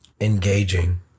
Engaging